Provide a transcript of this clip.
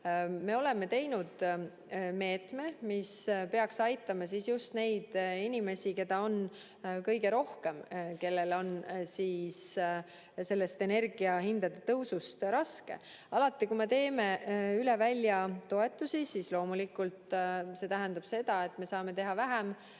Me oleme teinud meetme, mis peaks aitama just neid inimesi, keda on kõige rohkem, kellel on sellest energiahindade tõusust väga raske. Alati, kui me teeme üleväljatoetusi, siis loomulikult see tähendab seda, et me saame aidata vähem